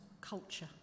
culture